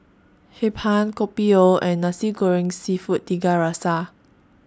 Hee Pan Kopi O and Nasi Goreng Seafood Tiga Rasa